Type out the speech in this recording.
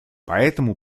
поэтому